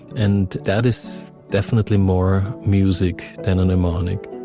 and that is definitely more music than a mnemonic